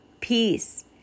peace